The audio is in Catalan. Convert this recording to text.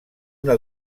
una